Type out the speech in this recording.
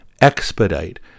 expedite